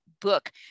book